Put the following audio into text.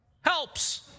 helps